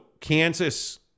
Kansas